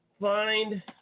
find